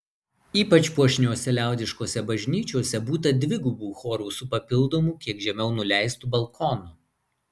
ypač puošniose liaudiškose bažnyčiose būta dvigubų chorų su papildomu kiek žemiau nuleistu balkonu